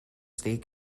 state